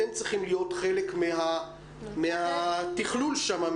אתם צריכים להיות חלק מהתכלול שם,